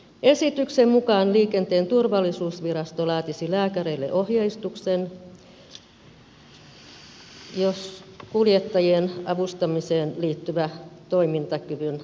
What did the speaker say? esityksen mukaan liikenteen turvallisuusvirasto laatisi lääkäreille ohjeistuksen kuljettajien avustamiseen liittyvän toimintakyvyn arviointiin